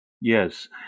Yes